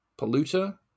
polluter